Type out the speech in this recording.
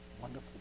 wonderful